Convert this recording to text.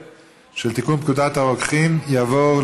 לתיקון פקודת הרוקחים (עלון לצרכן של תכשיר מרשם),